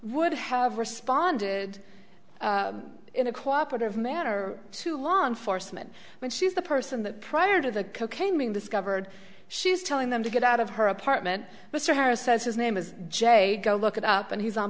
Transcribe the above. would have responded in a cooperative manner to law enforcement when she's the person that prior to the cocaine being discovered she's telling them to get out of her apartment mr harris says his name is jay go look it up and he's on